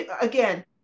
Again